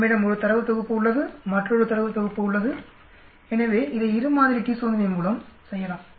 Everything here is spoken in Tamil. நம்மிடம் 1 தரவு தொகுப்பு உள்ளது மற்றொரு தரவு தொகுப்பு உள்ளது எனவே இதை இரு மாதிரி t சோதனை மூலம் செய்யலாம்